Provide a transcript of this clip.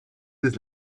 des